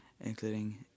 including